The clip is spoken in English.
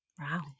Wow